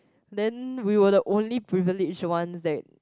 then we were the only privilege one that